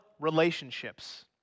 relationships